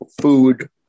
food